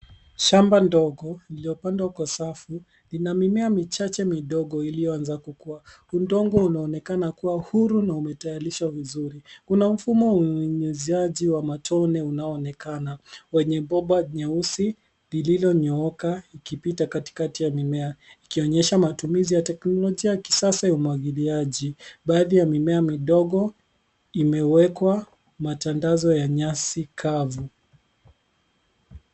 Shamba ndogo lililopandwa kwa safu lina mimea michache midogo iliyoanza kukua. Udongo unaonekana kuwa huru na umetayarishwa vizuri. Kuna mfumo wa unyunyuziaji wa matone unaoonekana wenye bomba nyeusi lililonyooka ikipita katikati ya mimea ikionyesha matumizi ya teknolojia ya kisasa ya umwagiliaji. Baadhi ya mimea midogo imewekwa matandazo ya nyasi kavu.